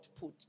put